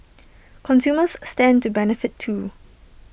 consumers stand to benefit too